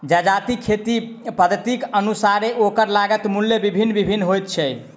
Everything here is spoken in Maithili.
जजातिक खेती पद्धतिक अनुसारेँ ओकर लागत मूल्य भिन्न भिन्न होइत छै